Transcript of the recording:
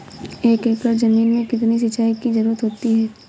एक एकड़ ज़मीन में कितनी सिंचाई की ज़रुरत होती है?